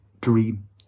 dream